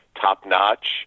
top-notch